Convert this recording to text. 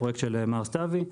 הפרויקט של מר סתוי,